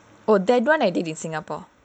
oh that [one] I did in singapore